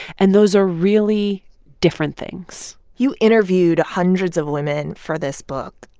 and those are really different things you interviewed hundreds of women for this book.